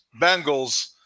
Bengals